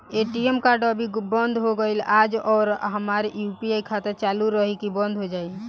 ATM card अभी बंद हो गईल आज और हमार यू.पी.आई खाता चालू रही की बन्द हो जाई?